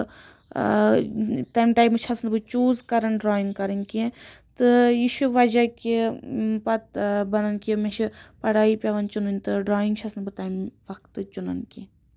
تمہِ ٹایمہٕ چھَس نہٕ بہٕ چوٗز کران ڈاریِنٛگ کَرٕنۍ کیٚنٛہہ تہٕ یہِ چُھ وجہہ کہِ پَتہٕ بَنان کہِ مےٚ چھِ پڑایی پیٚوان چُنٕنۍ تہٕ ڈاریِنٛگ چھَس نہٕ بہٕ تَمہِ وقتہٕ چُنان کیٚنٛہہ